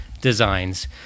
Designs